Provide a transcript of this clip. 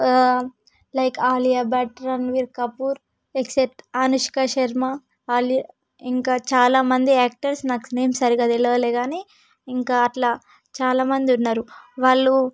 like Alia Bhatt Ranbir Kapoor ఎక్సట్ అనుష్క శర్మ ఆలియా ఇంకా చాలామంది యాక్టర్స్ నాకు నేమ్స్ సరిగ్గా తెలవలే కాని ఇంకా అట్లా చాలామంది ఉన్నారు వాళ్ళు